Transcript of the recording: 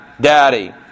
daddy